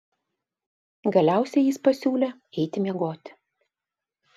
galiausiai jis pasiūlė eiti miegoti